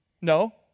no